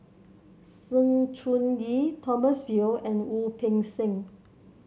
Sng Choon Yee Thomas Yeo and Wu Peng Seng